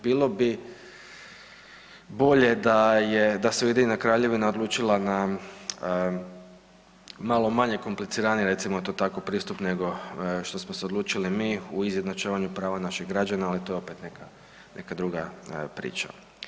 Bilo bi bolje da se Ujedinjena Kraljevina odlučila na malo manje kompliciraniji recimo to tako pristup nego što smo se odlučili mi u izjednačavanju prava naših građana, ali to je opet neka, neka druga priča.